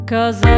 Cause